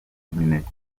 imineke